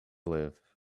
live